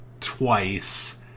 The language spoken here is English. twice